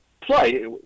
play